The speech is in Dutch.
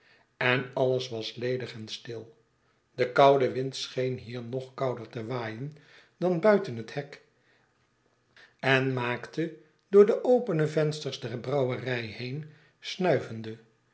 en alles was ledig en stil de koude wind scheen hier nog kouder te waaien dan buiten het hek en maakte door de opene vensters der brouwerij heen snuivende